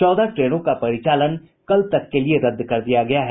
चौदह ट्रेनों का परिचालन कल तक के लिये रद्द कर दिया गया है